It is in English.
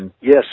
Yes